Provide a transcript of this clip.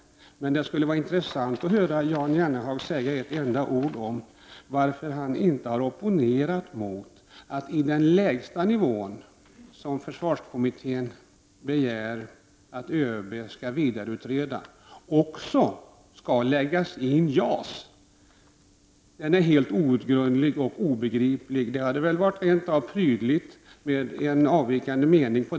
Men det skulle vara intressant att höra honom säga ett enda ord om varför han hittills inte har opponerat sig mot att JAS-projektet läggs in även i den lägsta nivå som försvarskommittén begär att ÖB skall vidareutreda. Det är helt outgrundligt och obegripligt. Det hade varit prydligt med en avvikande mening.